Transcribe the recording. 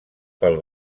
pel